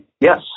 yes